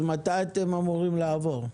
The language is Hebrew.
אז מתי אתם אמורים לעבור?